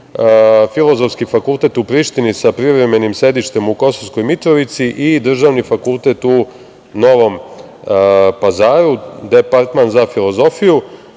Filozofski fakultet u Prištini sa privremenim sedištem u Kosovskoj Mitrovici i državni fakultet u Novom Pazaru – departman za filozofiju.